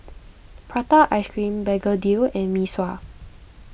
Prata Ice Cream Begedil and Mee Sua